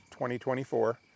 2024